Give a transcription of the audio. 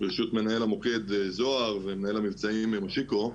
ברשות מנהל המוקד זהר ומנהל המבצעים מושיקו.